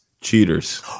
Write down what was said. Cheaters